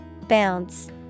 Bounce